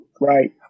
Right